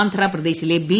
ആന്ധ്രാപ്രദേശിലെ ബി